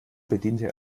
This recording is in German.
bediente